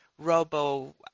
robo